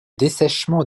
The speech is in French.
dessèchement